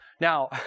Now